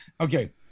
Okay